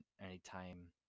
anytime